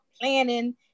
planning